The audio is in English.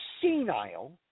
senile –